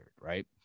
right